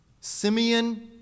Simeon